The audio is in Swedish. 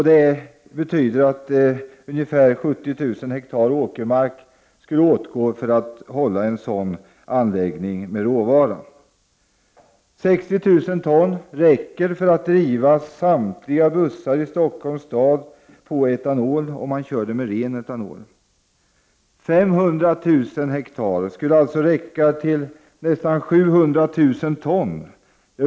Det betyder att ungefär 70000 hektar åkermark skulle åtgå för att hålla en sådan anläggning med råvara. 60 000 ton räcker för att driva samtliga bussar i Stockholm på etanol, om man kör med ren etanol. 500 000 hektar skulle alltså räcka til 700 000 ton.